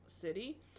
City